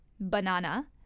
banana